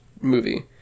movie